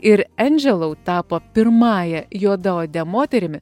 ir endželou tapo pirmąja juodaode moterimi